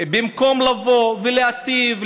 במקום לבוא ולהיטיב,